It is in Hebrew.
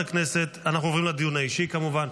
אנחנו עוברים לדיון האישי, כמובן.